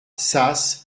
sas